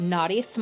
Naughty